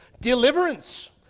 deliverance